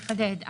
רק לחדד.